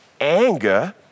anger